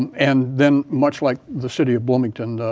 and then much like the city of bloomington,